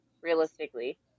realistically